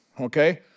okay